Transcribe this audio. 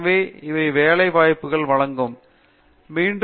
எனக்கு இவை வேலை வாய்ப்புகளை வழங்கும் பலம்